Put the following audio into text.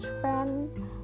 friend